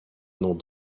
nos